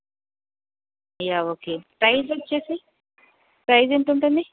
yeah okay size వచ్చేసి size ఎంతుంటుంది